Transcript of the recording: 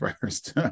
first